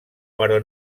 però